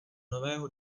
nového